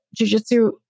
jujitsu